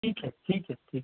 ठीक है ठीक है ठीक